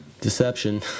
deception